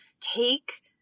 take